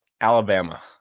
Alabama